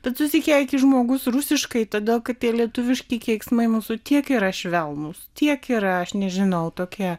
bet susikeiki žmogus rusiškai todėl kad tie lietuviški keiksmai mūsų tiek yra švelnūs tiek yra aš nežinau tokie